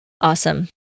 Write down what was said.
Awesome